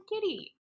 Kitty